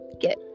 get